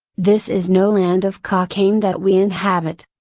this is no land of cockaigne that we inhabit.